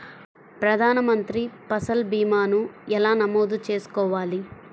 ప్రధాన మంత్రి పసల్ భీమాను ఎలా నమోదు చేసుకోవాలి?